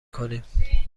کنیم